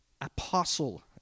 apostle